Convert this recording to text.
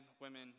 women